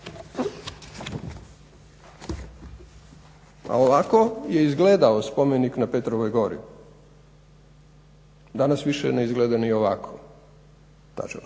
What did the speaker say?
A ovako je izgledao spomenik na Petrovoj Gori. Danas više ne izgleda ni ovako, na